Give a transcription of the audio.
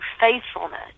faithfulness